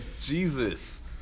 Jesus